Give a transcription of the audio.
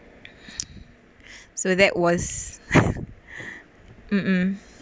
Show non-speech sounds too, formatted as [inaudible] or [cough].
so that was [laughs] um